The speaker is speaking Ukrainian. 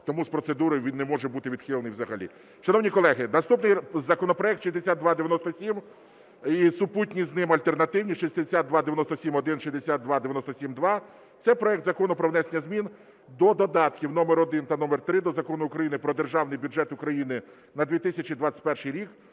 Тому з процедури він не може бути відхилений взагалі. Шановні колеги, наступний законопроект 6297 і супутні з ним альтернативні 6297-1, 6297-2. Це проект Закону про внесення змін до додатків номер 1 та номер 3 до Закону України "Про Державний бюджет України на 2021 рік"